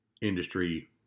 industry